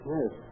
Yes